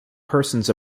persons